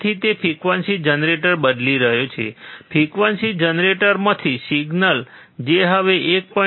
તેથી તે frequency generator બદલી રહ્યો છે ફ્રીક્વન્સી જનરેટરમાંથી સિગ્નલ જે હવે 1